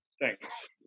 Thanks